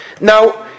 Now